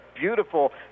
beautiful